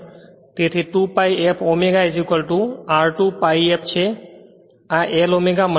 તેથી 2 pi fω r2 pi f છે